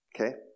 Okay